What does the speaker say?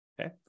Okay